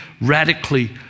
radically